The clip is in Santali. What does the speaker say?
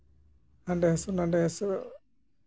ᱦᱟᱱᱰᱮ ᱦᱟᱹᱥᱩ ᱱᱚᱰᱮ ᱦᱟᱹᱥᱩ